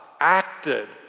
acted